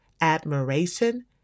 admiration